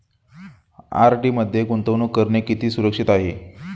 RD मध्ये गुंतवणूक करणे किती सुरक्षित आहे?